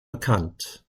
bekannt